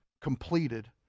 completed